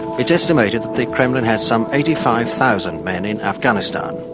it's estimated that the kremlin has some eighty five thousand men in afghanistan,